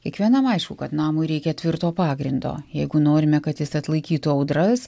kiekvienam aišku kad namui reikia tvirto pagrindo jeigu norime kad jis atlaikytų audras